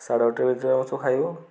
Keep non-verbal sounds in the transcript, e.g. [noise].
ସାଢ଼େ ଗୋଟେ [unintelligible] ଆମ [unintelligible] ଖାଇବ